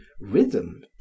rhythm